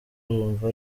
bumva